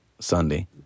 Sunday